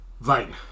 Vine